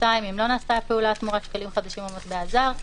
אם לא נעשתה הפעולה תמורת שקלים חדשים או מטבע זר,